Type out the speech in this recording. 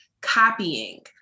copying